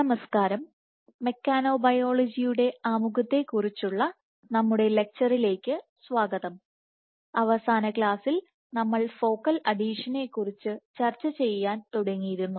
നമസ്കാരം മെക്കാനോബയോളജിയുടെ ആമുഖത്തെക്കുറിച്ചുള്ള നമ്മുടെ ലക്ച്ചറിലേക്ക് സ്വാഗതം അവസാന ക്ലാസ്സിൽ നമ്മൾ ഫോക്കൽ അഡീഷനെക്കുറിച്ച് ചർച്ചചെയ്യാൻ തുടങ്ങിയിരുന്നു